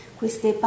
queste